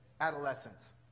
adolescents